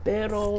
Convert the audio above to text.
Pero